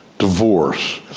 divorce,